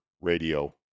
Radio